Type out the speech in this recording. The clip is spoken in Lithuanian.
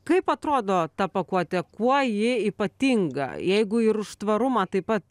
kaip atrodo ta pakuotė kuo ji ypatinga jeigu ir už tvarumą taip pat